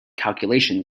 calculation